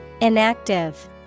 Inactive